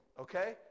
okay